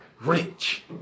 rich